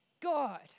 God